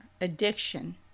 Addiction